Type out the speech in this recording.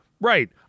Right